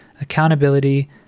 accountability